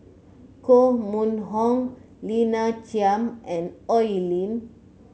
Koh Mun Hong Lina Chiam and Oi Lin